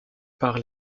par